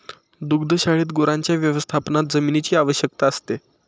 दुग्धशाळेत गुरांच्या व्यवस्थापनात जमिनीची आवश्यकता असते